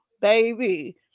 baby